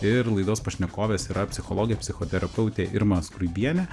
ir laidos pašnekovės yra psichologė psichoterapeutė irma skruibienė